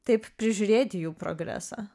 taip prižiūrėti jų progresą